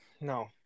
No